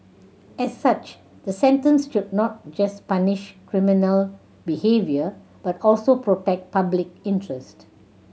as such the sentence should not just punish criminal behaviour but also protect public interest